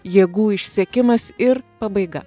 jėgų išsekimas ir pabaiga